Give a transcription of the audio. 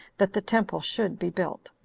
that the temple should be built.